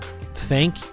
thank